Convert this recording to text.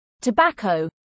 tobacco